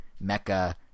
mecca